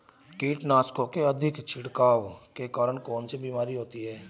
कीटनाशकों के अत्यधिक छिड़काव के कारण कौन सी बीमारी होती है?